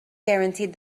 guaranteed